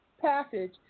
passage